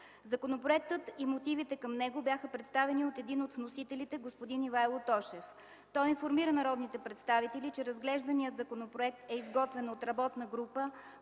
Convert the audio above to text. Законопроектът и мотивите към него бяха представени от един от вносителите – господин Ивайло Тошев. Той информира народните представители, че разглежданият законопроект е изготвен от работна група,